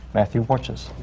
matthew warchu.